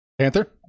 panther